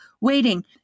waiting